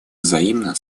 взаимно